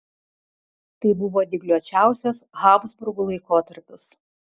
tai buvo dygliuočiausias habsburgų laikotarpis